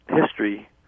history